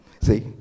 See